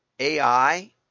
AI